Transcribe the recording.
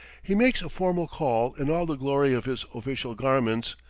he makes a formal call in all the glory of his official garments,